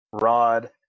Rod